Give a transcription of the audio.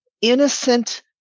innocent